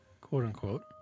quote-unquote